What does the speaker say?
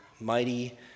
mighty